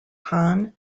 han